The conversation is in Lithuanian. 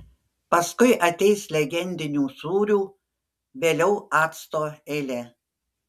paskui ateis legendinių sūrių vėliau acto eilė